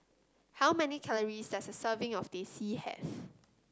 how many calories does a serving of Teh C have